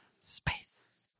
Space